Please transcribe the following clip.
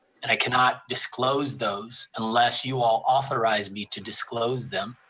and i cannot disclose those unless you all authorize me to disclose them,